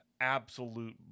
absolute